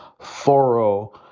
thorough